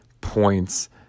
points